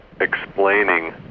explaining